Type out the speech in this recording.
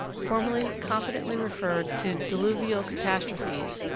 formerly confidently referred to diluvial catastrophes,